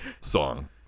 song